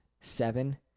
seven